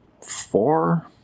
four